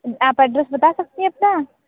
आप एड्रेस बता सकती है अपना